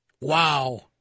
Wow